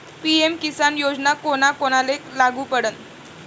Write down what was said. PM Kisan योजना कोना कोनाले लागू पडन?